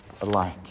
alike